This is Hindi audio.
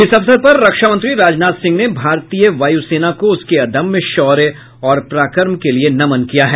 इस अवसर पर रक्षामंत्री राजनाथ सिंह ने भारतीय वायुसेना को उसके अदम्य शौर्य और पराक्रम के लिए नमन किया है